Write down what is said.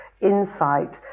insight